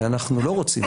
ואנחנו לא רוצים,